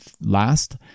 last